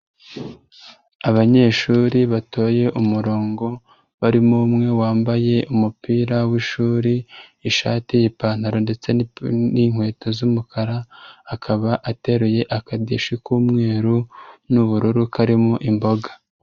Abanyeshuri batoye umurongo barimo umwe wambaye umupira w'ishuri, ishati, ipantaro ndetse n'inkweto z'umukara akaba ateruye akadeshi k'umweru n'ubururu karimo imboga.